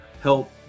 help